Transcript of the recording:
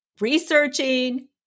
researching